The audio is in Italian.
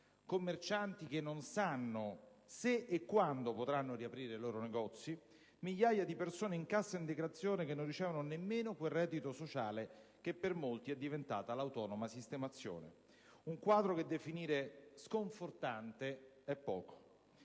commercianti che non sanno se e quando potranno riaprire i loro negozi, migliaia di persone in cassa integrazione che non ricevono nemmeno quel reddito sociale che per molti è diventata l'autonoma sistemazione. Un quadro che definire sconfortante è poco.